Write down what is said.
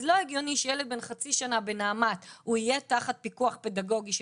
אז לא הגיוני שילד בן חצי שנה בנעמ"ת הוא יהיה תחת פיקוח פדגוגי של